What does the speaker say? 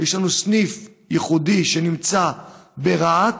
יש לנו סניף ייחודי שנמצא ברהט,